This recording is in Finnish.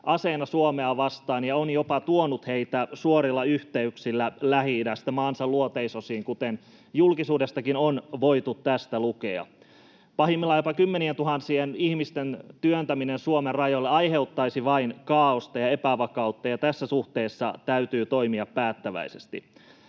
aseena Suomea vastaan, ja se on jopa tuonut heitä suorilla yhteyksillä Lähi-idästä maansa luoteisosiin, kuten julkisuudestakin on voitu lukea. Pahimmillaan jopa kymmenientuhansien ihmisten työntäminen Suomen rajoille aiheuttaisi vain kaaosta ja epävakautta, ja tässä suhteessa täytyy toimia päättäväisesti.